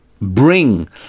bring